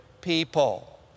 people